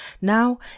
Now